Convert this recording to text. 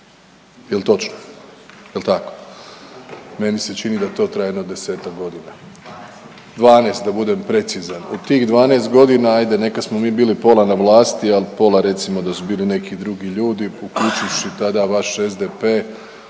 Jel točno, jel tako? Meni se čini da to traje jedno 10-ak godina, 12 da budem precizan. U tih 12 godina ajde neka smo mi bili pola na vlasti, ali pola recimo da su bili neki drugi ljudi uključivši tada vaš SDP,